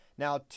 Now